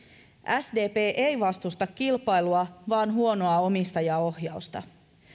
sdp ei vastusta kilpailua vaan huonoa omistajaohjausta